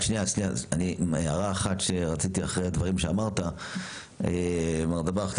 הערה אחת שרציתי אחרי הדברים שאמרת, מר דבאח.